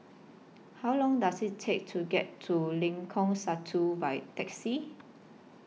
How Long Does IT Take to get to Lengkong Satu By Taxi